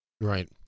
Right